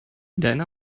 deine